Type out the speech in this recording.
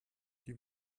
die